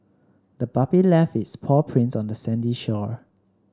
the puppy left its paw prints on the sandy shore